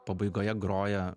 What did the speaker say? pabaigoje groja